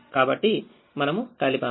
కాబట్టి మనము కలిపాము